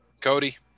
Cody